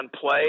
play